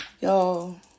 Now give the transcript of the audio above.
Y'all